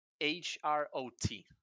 H-R-O-T